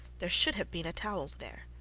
there should have been a towel there.